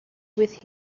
with